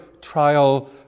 trial